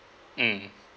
mm